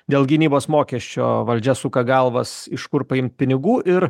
dėl gynybos mokesčio valdžia suka galvas iš kur paimt pinigų ir